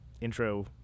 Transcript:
intro